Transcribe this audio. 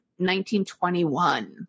1921